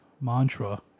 mantra